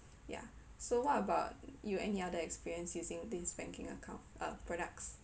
ya so what about you any other experience using these banking account uh products